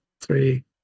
three